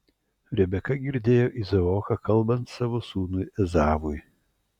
rebeka girdėjo izaoką kalbant savo sūnui ezavui